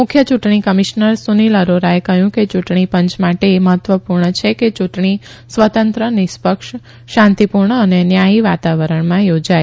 મુખ્ય યુંટણી કમિશ્નર સુનીલ અરોરાએ કહયું કે યુંટણી પંચ માટે એ મહત્વપુર્ણ છે કે યુંટણી સ્વતંત્ર નિષ્પક્ષ શાંતિપુર્ણ અને ન્યાયી વાતાવરણમાં યોજાય